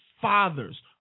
fathers